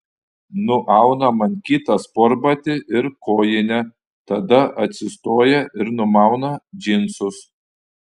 nuauna man kitą sportbatį ir kojinę tada atsistoja ir numauna džinsus